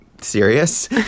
serious